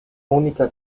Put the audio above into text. única